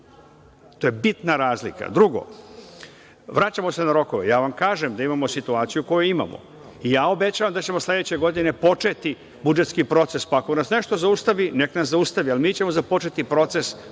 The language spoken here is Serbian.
to je bitna razlika. Drugo, vraćamo se na rokove. Ja vam kažem da imamo situaciju koju imamo. Ja obećavam da ćemo sledeće godine početi budžetski proces, pa ako nas nešto zaustavi, nek nas zaustavi, ali mi ćemo započeti proces onako kako piše